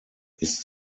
ist